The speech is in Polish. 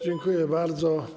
Dziękuję bardzo.